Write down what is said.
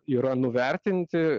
yra nuvertinti